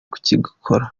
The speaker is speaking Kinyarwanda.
kugikora